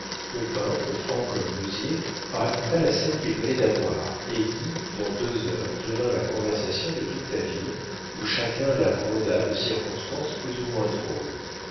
le peintre franc comme l'osier raconta la scène qu'il venait d'avoir et qui dans deux heures devint la conversation de toute la ville où chacun la broda de circonstances plus ou moins drôles